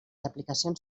aplicacions